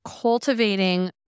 cultivating